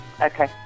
Okay